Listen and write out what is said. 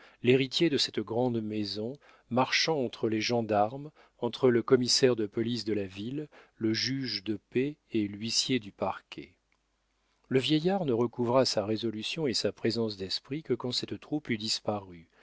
l'héritier de cette grande maison marchant entre les gendarmes entre le commissaire de police de la ville le juge de paix et l'huissier du parquet le vieillard ne recouvra sa résolution et sa présence d'esprit que quand cette troupe eut disparu